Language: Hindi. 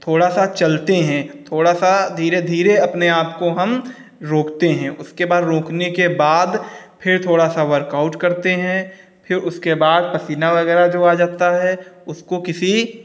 थोड़ा सा चलते हैं थोड़ा सा धीरे धीरे अपने आपको हम रोकते हैं उसके बाद रोकने के बाद फिर थोड़ा सा वर्कआउट करते हैं फिर उसके बाद पसीना वगैरह जब आ जाता है उसको किसी